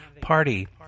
party